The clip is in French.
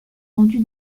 rendu